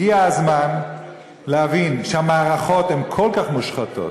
הגיע הזמן להבין שהמערכות הן כל כך מושחתות,